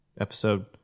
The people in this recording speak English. episode